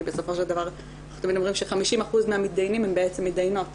בסופו של דבר אנחנו תמיד אומרים ש-50% מהמתדיינים הן בעצם מתדיינות,